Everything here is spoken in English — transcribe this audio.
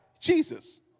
Jesus